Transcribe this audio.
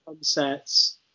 sunsets